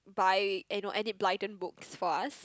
buy you know Enid-Blyton books for us